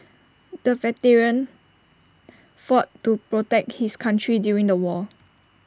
the veteran fought to protect his country during the war